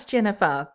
Jennifer